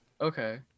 Okay